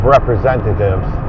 Representatives